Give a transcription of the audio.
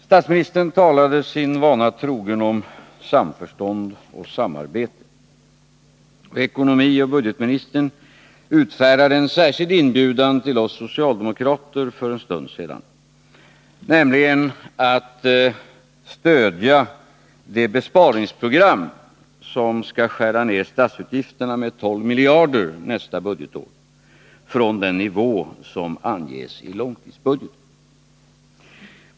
Herr talman! Statsministern talade sin vana trogen om samförstånd och samarbete. Ekonomioch budgetministern utfärdade en särskild inbjudan till oss socialdemokrater för en stund sedan, nämligen att stödja det besparingsprogram som skall skära ned statsutgifterna med 12 miljarder nästa budgetår, från den nivå som anges i långtidsbudgeten.